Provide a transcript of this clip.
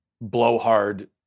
blowhard